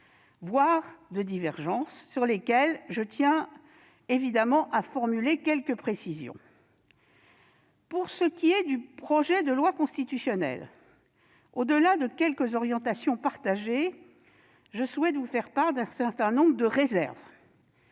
voire de divergences, sur lesquelles je tiens à formuler quelques précisions. Pour ce qui est du projet de loi constitutionnelle, au-delà de quelques orientations, je souhaite vous faire part d'un certain nombre de réserves.